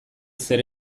zer